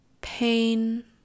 pain